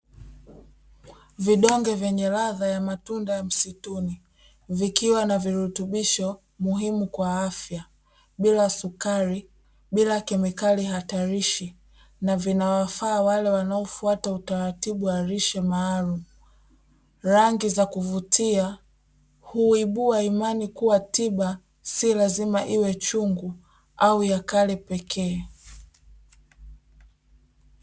Vidonge venye ladha ya msituni bila sukari bila shida yeyote tiba sio lazima iwe chungu